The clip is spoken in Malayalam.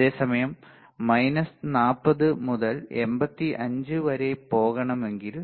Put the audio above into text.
അതേസമയം 40 മുതൽ 85 ഡിഗ്രി വരെ പോകണമെങ്കിൽ